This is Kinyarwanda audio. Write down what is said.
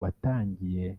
watangije